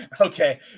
Okay